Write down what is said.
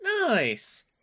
Nice